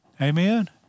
Amen